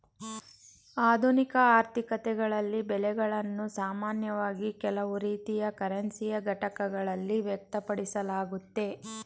ಆಧುನಿಕ ಆರ್ಥಿಕತೆಗಳಲ್ಲಿ ಬೆಲೆಗಳನ್ನು ಸಾಮಾನ್ಯವಾಗಿ ಕೆಲವು ರೀತಿಯ ಕರೆನ್ಸಿಯ ಘಟಕಗಳಲ್ಲಿ ವ್ಯಕ್ತಪಡಿಸಲಾಗುತ್ತೆ